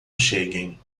cheguem